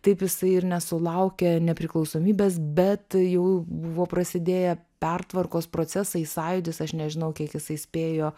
taip jisai ir nesulaukė nepriklausomybės bet jau buvo prasidėję pertvarkos procesai sąjūdis aš nežinau kiek jisai spėjo